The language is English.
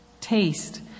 Taste